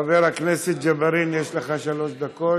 חבר הכנסת ג'בארין, יש לך שלוש דקות,